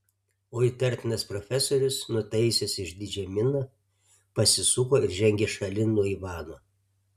o įtartinas profesorius nutaisęs išdidžią miną pasisuko ir žengė šalin nuo ivano